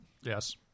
Yes